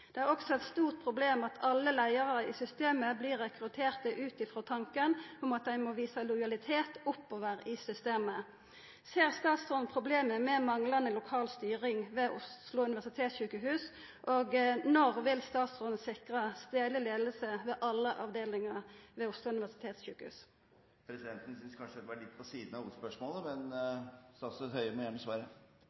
Det er også eit stort problem at alle leiarar i systemet blir rekrutterte ut frå tanken om at ein må vise lojalitet oppover i systemet.» Ser statsråden problemet med manglande lokal styring ved Oslo universitetssykehus, og når vil statsråden sikra stadleg leiing ved alle avdelingar ved Oslo universitetssykehus? Presidenten synes kanskje spørsmålet var litt på siden av hovedspørsmålet, men statsråd Høie må gjerne svare.